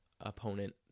opponent